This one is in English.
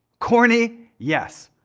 corny, yes.